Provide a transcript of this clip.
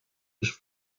ich